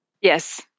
Yes